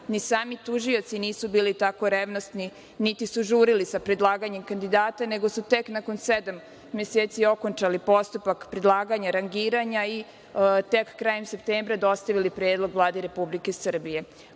Ni sami tužioci nisu bili tako revnosni, niti su žurili sa predlaganjem kandidata, nego su tek nakon sedam meseci okončali postupak predlaganja, rangiranja i tek krajem septembra dostavili predlog Vladi Republike Srbije. Ukoliko